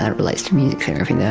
relates to music therapy, though.